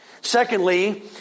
Secondly